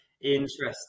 Interesting